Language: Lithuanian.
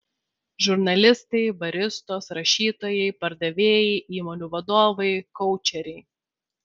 žurnalistai baristos rašytojai pardavėjai įmonių vadovai koučeriai